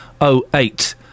08